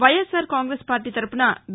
వైఎస్ఆర్ కాంగ్రెస్పార్లీ తరపున వి